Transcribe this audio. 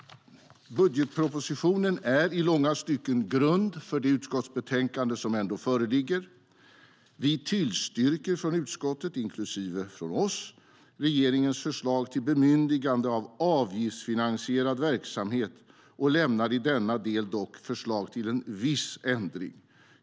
Budgetpropositionen är i långa stycken grund för det utskottsbetänkande som föreligger. Utskottet, inklusive vi, tillstyrker regeringens förslag till bemyndigande av avgiftsfinansierad verksamhet och lämnar i denna del förslag till viss ändring.